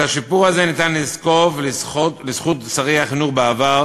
את השיפור הזה אפשר לזקוף לזכות שרי החינוך בעבר